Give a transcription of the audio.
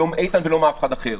לא מאיתן ולא מאף אחד אחר,